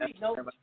no